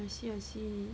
I see I see